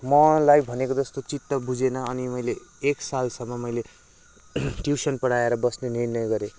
मलाई भनेको जस्तो चित्त बुझेन अनि मैले एक सालसम्म मैले ट्युसन पढाएर बस्ने निर्णय गरेँ